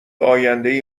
آیندهای